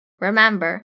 Remember